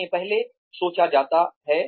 उन्हें पहले सोचा जाता है